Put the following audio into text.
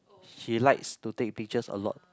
she likes to take pictures a lot